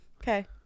okay